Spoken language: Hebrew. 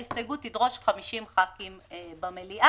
ההסתייגות תדרוש 50 חברי כנסת במליאה.